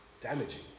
damaging